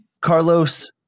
Carlos